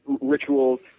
rituals